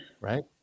right